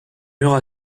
murs